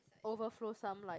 overflow some like